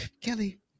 Kelly